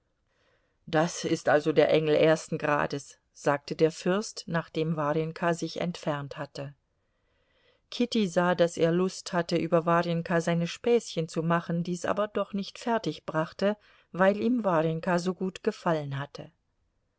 das ist also der engel ersten grades sagte der fürst nachdem warjenka sich entfernt hatte kitty sah daß er lust hatte über warjenka seine späßchen zu machen dies aber doch nicht fertigbrachte weil ihm warjenka so gut gefallen hatte